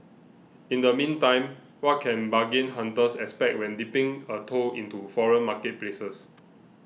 in the meantime what can bargain hunters expect when dipping a toe into foreign marketplaces